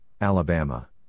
Alabama